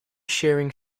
sharing